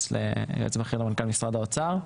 יועץ בכיר למנכ"ל משרד האוצר.